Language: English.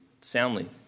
soundly